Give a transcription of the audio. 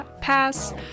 pass